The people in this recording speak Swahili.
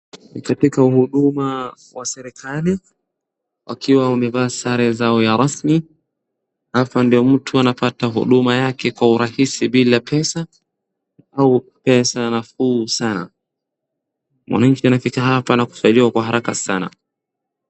Ni katika uhuduma wa serikali wakiwa wamevaa sare zao ya rasmi. Hapa ndiyo mtu anapata huduma yake kwa urahisi bila pesa au pesa nafuu sana. Mwananchi anafika hapa na kusaidiwa kwa haraka sana.